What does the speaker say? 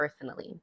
personally